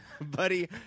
buddy